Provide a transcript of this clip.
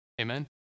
Amen